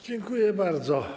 Dziękuję bardzo.